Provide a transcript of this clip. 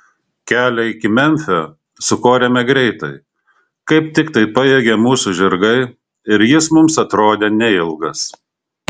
kelią iki memfio sukorėme greitai kaip tiktai pajėgė mūsų žirgai ir jis mums atrodė neilgas